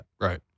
Right